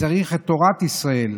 צריך את תורת ישראל,